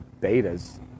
betas